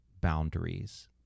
boundaries